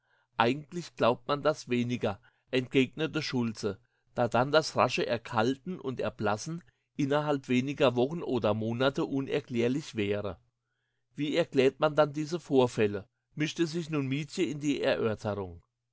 eigentlich glaubt man das weniger entgegnete schultze da dann das rasche erkalten und erblassen innerhalb weniger wochen oder monate unerklärlich wäre wie erklärt man dann diese vorfälle mischte sich nun mietje in die erörterung